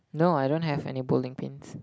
no I don't have any bowling pins